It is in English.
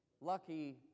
lucky